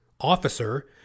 officer